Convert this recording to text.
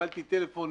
וקיבלתי טלפון